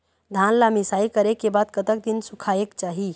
धान ला मिसाई करे के बाद कतक दिन सुखायेक चाही?